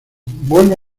vuelve